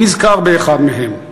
אני נזכר באחד מהם: